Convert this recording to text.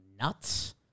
nuts